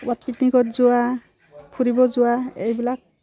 ক'ৰবাত পিকনিকত যোৱা ফুৰিব যোৱা এইবিলাক